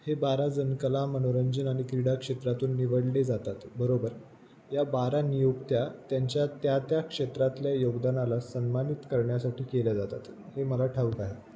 हे बारा जण कला मनोरंजन आणि क्रीडा क्षेत्रातून निवडले जातात बरोबर या बारा नियुक्त्या त्यांच्या त्या त्या क्षेत्रातल्या योगदानाला सन्मानित करण्यासाठी केल्या जातात हे मला ठाऊक आहे